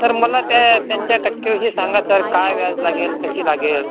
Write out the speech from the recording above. sir मला त्या त्यांच्या टक्के हे सांगा सर काय व्याज लागेल कशी लागेल